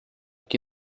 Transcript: que